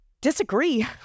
disagree